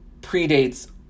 predates